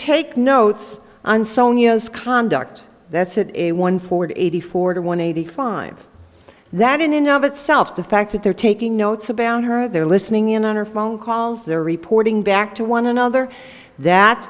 take notes on sonia's conduct that's it a one hundred eighty four to one eighty five that in of itself the fact that they're taking notes about her they're listening in on her phone calls they're reporting back to one another that